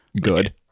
Good